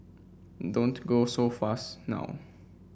don't go so fast now